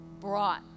brought